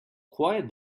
quiet